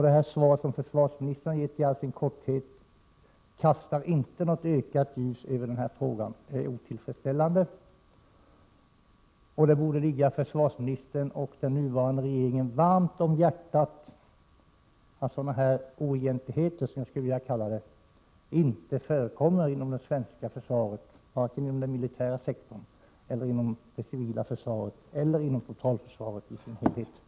Det korta svar som försvarsministern gett kastar inte något ökat ljus över denna fråga. Svaret är otillfredsställande. Det borde ligga försvarsministern och den nuvarande regeringen varmt om hjärtat att se till att sådana här oegentligheter inte förekommer inom det svenska försvaret, varken inom den militära sektorn, inom det civila försvaret eller inom totalförsvaret i dess helhet.